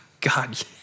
God